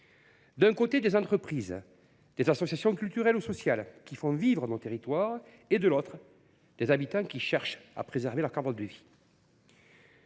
d’un côté, des entreprises, des associations culturelles ou sociales, qui font vivre nos territoires ; de l’autre, des habitants, qui cherchent à préserver leur cadre de vie.